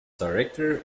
director